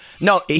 No